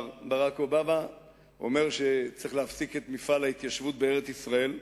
אומר שצריך להפסיק את מפעל ההתיישבות בארץ-ישראל,